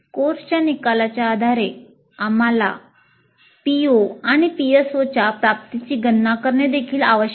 कोर्सच्या निकालाच्या आधारे आम्हाला PO आणि PSOच्या प्राप्तीची गणना करणे देखील आवश्यक आहे